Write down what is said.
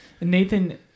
Nathan